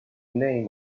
name